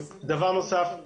דבר נוסף,